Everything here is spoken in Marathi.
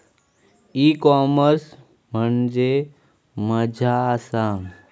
ई कॉमर्स म्हणजे मझ्या आसा?